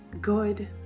good